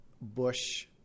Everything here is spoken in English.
Bush